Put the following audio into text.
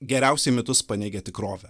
geriausiai mitus paneigia tikrovė